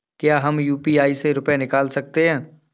क्या हम यू.पी.आई से रुपये निकाल सकते हैं?